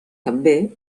també